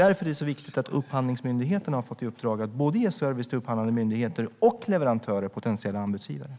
Därför är det viktigt att Upphandlingsmyndigheten har fått i uppdrag att ge service både till upphandlande myndigheter och till leverantörer och potentiella anbudsgivare.